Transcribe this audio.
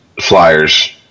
flyers